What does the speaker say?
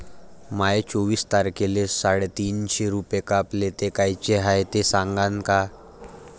माये चोवीस तारखेले साडेतीनशे रूपे कापले, ते कायचे हाय ते सांगान का?